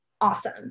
Awesome